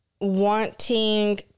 wanting